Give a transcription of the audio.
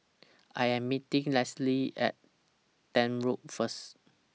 I Am meeting Lesly At Tank Road First